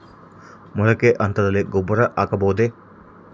ಮೊಳಕೆ ಹಂತದಲ್ಲಿ ಗೊಬ್ಬರ ಹಾಕಬಹುದೇ?